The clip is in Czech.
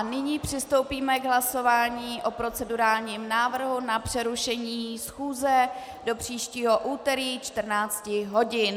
Nyní přistoupíme k hlasování o procedurálnímu návrhu na přerušení schůze do příštího úterý 14 hodin.